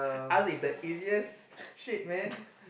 arts is the easiest shit man